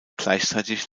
gleichzeitig